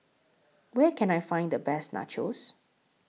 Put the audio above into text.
Where Can I Find The Best Nachos